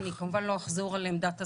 אני כמובן לא אחזור על עמדת השרה,